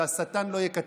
שהשטן לא יקטרג,